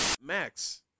Max